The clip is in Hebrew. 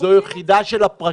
זו יחידה של הפרקליטות.